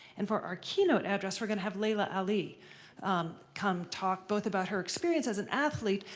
and for our keynote address, we're going to have laila ali come talk, both about her experience as an athlete,